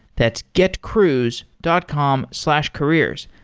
that's getcruise dot com slash careers.